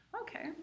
Okay